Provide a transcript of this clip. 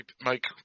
Mike